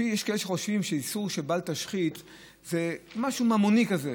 יש כאלה שחושבים שאיסור של בל תשחית זה משהו ממוני כזה: